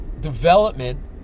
development